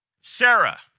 Sarah